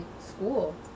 school